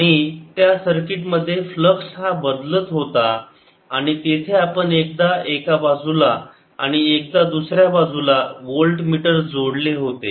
आणि त्या सर्किट मध्ये फ्लक्स हा बदलत होता आणि तेथे आपण एकदा एका बाजूला आणि एकदा दुसर्या बाजूला वोल्ट मीटर जोडले होते